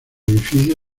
edificio